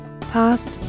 past